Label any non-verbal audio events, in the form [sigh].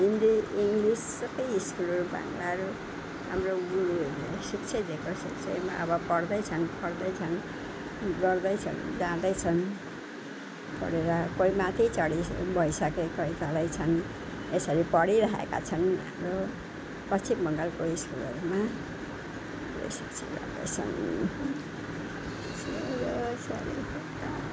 Hindi English सबै स्कुलहरू बाङ्ग्लाहरू हाम्रो [unintelligible] शिक्षै दिएको यस विषयमा अब पढ्दैछन् पढ्दैछन् गर्दैछन् जाँदैछन् पढेर कोही माथि चढी गइसके कोही तलै छन् यसरी पढिराखेका छन् हाम्रो पश्चिम बङ्गालको स्कुलहरूमा [unintelligible]